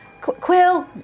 Quill